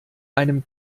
einem